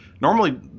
normally